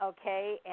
okay